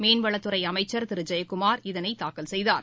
மீன்வளத்துறை அமைச்சர் திரு ஜெயக்குமார் இதனை தாக்கல் செய்தார்